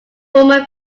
roman